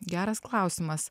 geras klausimas